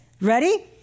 ready